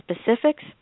specifics